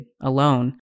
alone